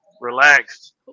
relaxed